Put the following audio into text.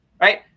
right